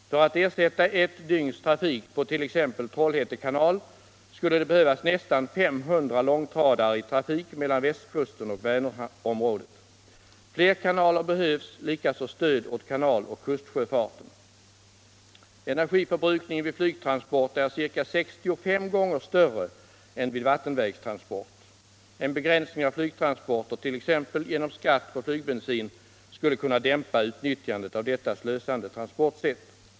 För att ersätta ett dygns trafik på t.ex. Trollhätte kanal skulle det behövas nästan 500 långtradare i trafik mellan västkusten och Vinerområdet. Fler kanaler behövs — likaså stöd åt kanal och kustsjöfarten. Energiförbrukningen vid flygtransporter är ca 65 gånger större än vid vattenvägstransport. En begränsning av flygtransporter, t.ex. genom skatt på flygbensin, skulle kunna dämpa utnyttjandet av detta slösande transportsätt.